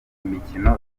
imikino